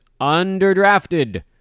underdrafted